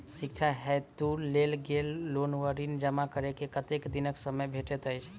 शिक्षा हेतु लेल गेल लोन वा ऋण जमा करै केँ कतेक दिनक समय भेटैत अछि?